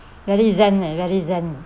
very zen leh very zen